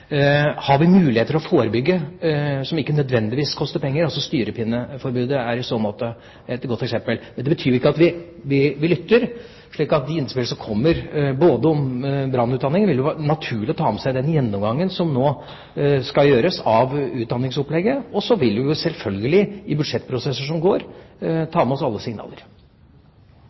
Har vi muligheter til å forebygge, som ikke nødvendigvis koster penger? Styrepinneforbudet er i så måte et godt eksempel. Det betyr ikke at vi ikke lytter, slik at de innspillene som kommer om brannutdanning, vil det være naturlig å ta med seg i den gjennomgangen som nå skal gjøres av utdanningsopplegget. Så vil vi selvfølgelig ta med oss alle signaler